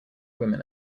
women